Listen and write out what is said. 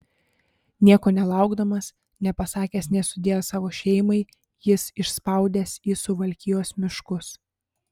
nieko nelaukdamas nepasakęs nė sudiev savo šeimai jis išspaudęs į suvalkijos miškus